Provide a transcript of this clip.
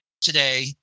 today